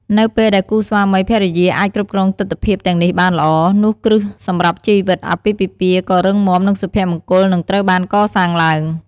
នៅពេលដែលគូស្វាមីភរិយាអាចគ្រប់គ្រងទិដ្ឋភាពទាំងនេះបានល្អ នោះគ្រឹះសម្រាប់ជីវិតអាពាហ៍ពិពាហ៍ក៏រឹងមាំ និងសុភមង្គលនឹងត្រូវបានកសាងឡើង។